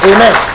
Amen